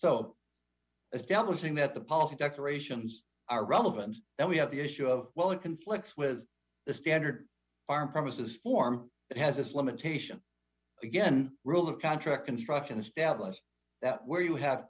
so establishing that the policy decorations are relevant and we have the issue of well it conflicts with the standard our promises form it has its limitation again rules of contract construction establish that where you have